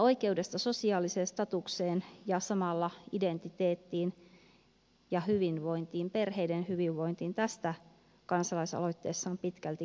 oikeudesta sosiaaliseen statukseen ja samalla identiteettiin ja hyvinvointiin perheiden hyvinvointiin tästä kansalaisaloitteessa on pitkälti kyse